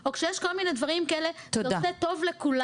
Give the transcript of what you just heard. או כשיש כל מיני דברים כאלה זה עושה טוב לכולנו,